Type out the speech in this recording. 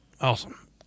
Awesome